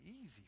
easy